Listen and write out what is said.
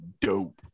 dope